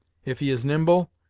if he is nimble,